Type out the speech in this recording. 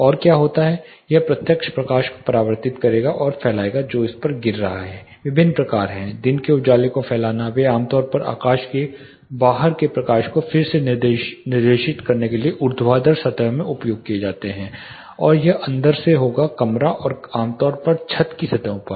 और क्या होता है यह प्रत्यक्ष प्रकाश को परावर्तित करेगा और फैलाएगा जो उस पर गिर रहा है विभिन्न प्रकार हैं दिन के उजाले को फैलाना वे आम तौर पर आकाश के बाहर से प्रकाश को फिर से निर्देशित करने के लिए ऊर्ध्वाधर सतह में उपयोग किए जाते हैं और यह अंदर से होगा कमरा और आमतौर पर छत की सतहों पर